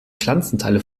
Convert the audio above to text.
pflanzenteile